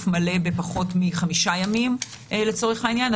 מלא בפחות מחמישה ימים לצורך העניין,